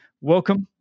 welcome